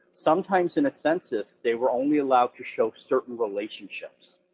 sometimes in a census, they were only allowed to show certain relationships,